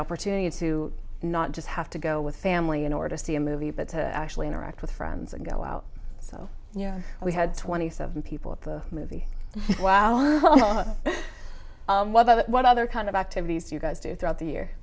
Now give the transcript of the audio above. opportunity to not just have to go with family in order to see a movie but to actually interact with friends and go out so you know we had twenty seven people at the movie well what other kind of activities do you guys do throughout the year